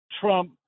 Trump